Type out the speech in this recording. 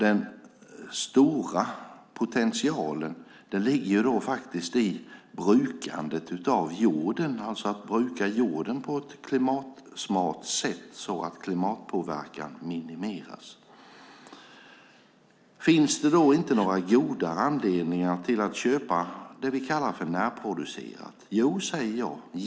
Den stora potentialen ligger i brukandet av jorden, i att bruka jorden på ett klimatsmart sätt så att klimatpåverkan minimeras. Finns det då inga goda anledningar till att köpa vad vi kallar för närproducerat? Jo, säger jag.